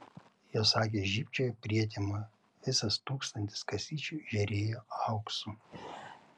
jos akys žybčiojo prietemoje visas tūkstantis kasyčių žėrėjo auksu